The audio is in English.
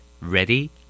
Ready